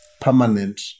permanent